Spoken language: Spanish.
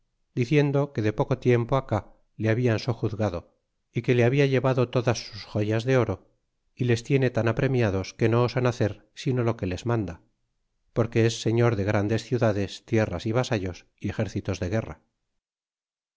diciendo que de poco tiempo acá le habia sojuzgado y que le habia llevado todas sus joyas de oro y les tiene tan apremiados que no osan hacer sino lo que les manda porque es señor de grandes ciudades tierras é vasallos y exércitos de guerra